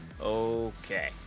Okay